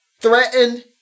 threatened